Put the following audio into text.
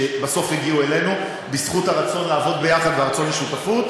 שבסוף הגיעו אלינו בזכות הרצון לעבוד ביחד והרצון לשותפות,